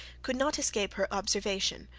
could not escape her observation,